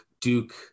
duke